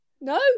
No